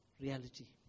reality